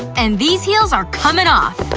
and these heels are comin' off! but